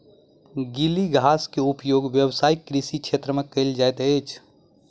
गीली घास के उपयोग व्यावसायिक कृषि क्षेत्र में कयल जाइत अछि